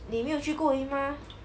你没有去过而已 mah